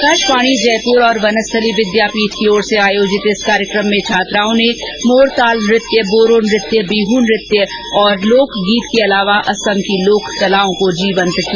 आकाशवाणी जयपुर और वनस्थली विद्यापीठ की ओर से आयोजित इस कार्यक्रम में छात्राओं ने मोरताल नृत्य बोरो नृत्य बीहू नृत्य और लोक गीत के अलावा असम की लोक कलाओं को जीवंत किया